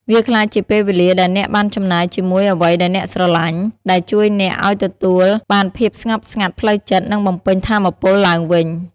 វាក្លាយជាពេលវេលាដែលអ្នកបានចំណាយជាមួយអ្វីដែលអ្នកស្រឡាញ់ ដែលជួយអ្នកឱ្យទទួលបានភាពស្ងប់ស្ងាត់ផ្លូវចិត្ត និងបំពេញថាមពលឡើងវិញ។